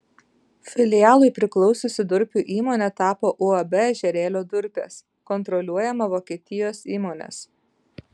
filialui priklausiusi durpių įmonė tapo uab ežerėlio durpės kontroliuojama vokietijos įmonės